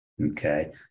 Okay